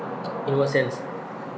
in what sense